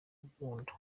rukundo